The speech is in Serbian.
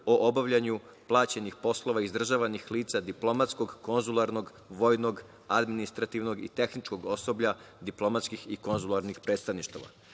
o bavljenju plaćenih poslova izdržavanih lica diplomatskog, konzularnog, vojnog, administrativnog i tehničkog osoblja diplomatskih i konzularnih predstavništava. Pred